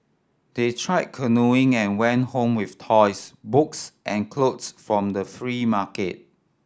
they tried canoeing and went home with toys books and clothes from the free market